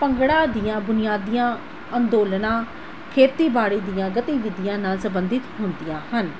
ਭੰਗੜਾ ਦੀਆਂ ਬੁਨਿਆਦੀ ਅੰਦੋਲਨਾਂ ਖੇਤੀਬਾੜੀ ਦੀਆਂ ਗਤੀਵਿਧੀਆਂ ਨਾਲ ਸੰਬੰਧਿਤ ਹੁੰਦੀਆਂ ਹਨ